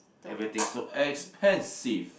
everything so expensive